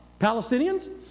Palestinians